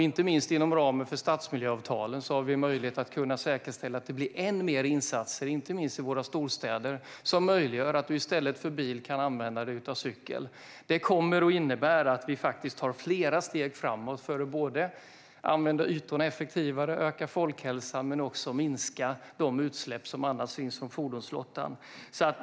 Inte minst inom ramen för stadsmiljöavtalen kan vi säkerställa att det blir ännu fler insatser, inte minst i våra storstäder, som möjliggör att man i stället för bil kan använda sig av cykel. Det kommer att innebära att vi tar flera steg framåt för att använda ytorna effektivare, öka folkhälsan och minska de utsläpp som annars finns från fordonsflottan.